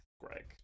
Greg